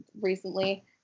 recently